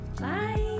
Bye